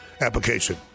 application